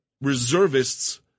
reservists